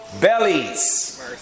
bellies